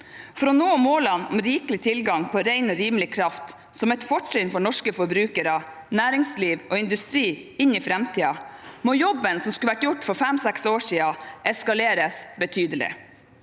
For å nå målene om rikelig tilgang på ren og rimelig kraft – som er et fortrinn for norske forbrukere, næringsliv og industri inn i framtiden – må jobben som skulle vært gjort for fem–seks år siden, eskaleres betydelig.